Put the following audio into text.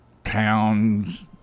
towns